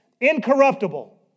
incorruptible